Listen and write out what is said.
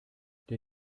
der